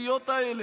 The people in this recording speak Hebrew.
המשפטיות האלה?